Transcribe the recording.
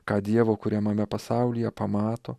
ką dievo kuriamame pasaulyje pamato